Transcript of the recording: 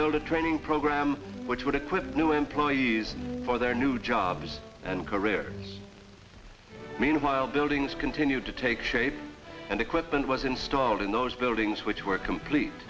build a training program which would equip new employees for their new jobs and career meanwhile buildings continue to take shape and equipment was installed in those buildings which were complete